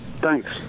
Thanks